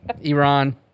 Iran